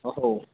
अहो